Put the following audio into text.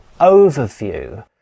overview